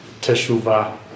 Teshuvah